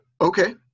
Okay